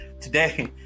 today